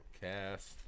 cast